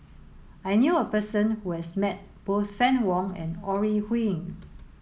I knew a person who has met both Fann Wong and Ore Huiying